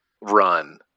run